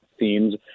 themes